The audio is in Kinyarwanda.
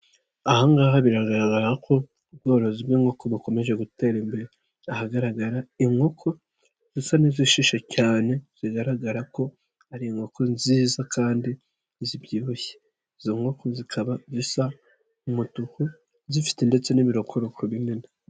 Aha ngaha biragaragara ko ubworozi bw'inkoko bukomeje gutera imbere, ahagaragara inkoko zisa n'izishishe cyane zigaragara ko ari inkoko nziza kandi zibyibushye, izo nkoko zikaba zisa umutuku zifite ndetse n'ibirokoroko binini.